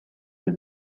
will